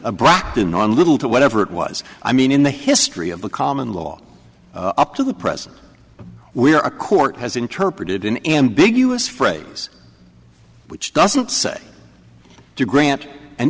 the brockton on little to whatever it was i mean in the history of the common law up to the present we are a court has interpreted in ambiguous phrase which doesn't say to grant an